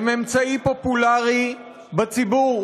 הן אמצעי פופולרי בציבור.